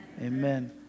Amen